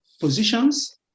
positions